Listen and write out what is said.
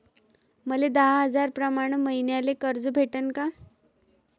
मले दहा हजार प्रमाण मईन्याले कर्ज भेटन का?